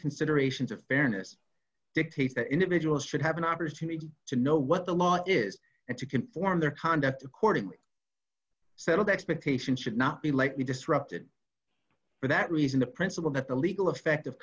considerations of fairness dictates that individuals should have an opportunity to know what the law is and to conform their conduct accordingly settled expectations should not be lightly disrupted for that reason the principle that the legal effect